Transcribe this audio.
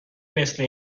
مثل